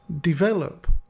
develop